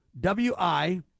W-I